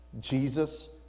Jesus